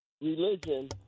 Religion